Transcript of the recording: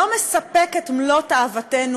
הוא לא מספק את מלוא תאוותנו.